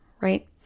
right